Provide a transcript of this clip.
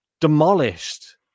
demolished